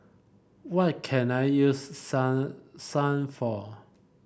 what can I use Selsun for